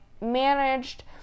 managed